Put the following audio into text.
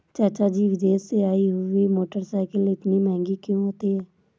चाचा जी विदेश से आई हुई मोटरसाइकिल इतनी महंगी क्यों होती है?